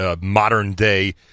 modern-day